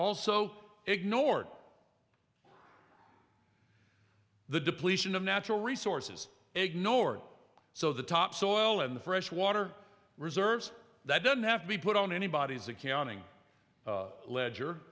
also ignored the depletion of natural resources ignored so the topsoil and the fresh water reserves that don't have to be put on anybody's accounting ledger